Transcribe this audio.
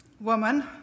woman